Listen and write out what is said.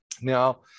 now